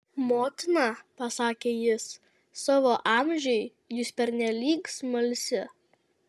motina pasakė jis savo amžiui jūs pernelyg smalsi